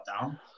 down